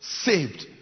Saved